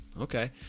Okay